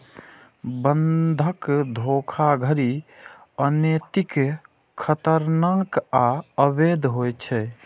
बंधक धोखाधड़ी अनैतिक, खतरनाक आ अवैध होइ छै